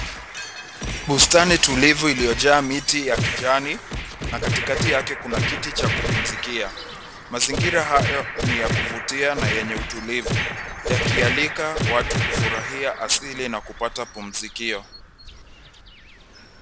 Bustani tulivu iliyojaa miti ya kijani na katikati yake kuna kiti cha kupumzikia. Mazingira haya ni ya kuvutia na yenye utulivu yakialika watu kufurahia asili na kupata pumzikio.